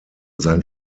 sein